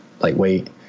lightweight